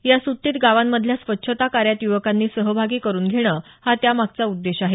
या सुट्टीत गावांमधल्या स्वच्छता कार्यात युवकांना सहभागी करुन घेणं हा त्यामागचा उद्देश आहे